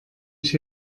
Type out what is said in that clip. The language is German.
ich